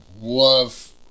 love